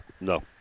No